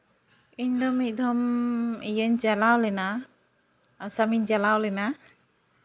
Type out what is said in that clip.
ᱤᱧᱫᱚ ᱢᱤᱫ ᱫᱷᱚᱢ ᱤᱭᱟᱹᱧ ᱪᱟᱞᱟᱣ ᱞᱮᱱᱟ ᱟᱥᱟᱢᱤᱧ ᱪᱟᱞᱟᱣ ᱞᱮᱱᱟ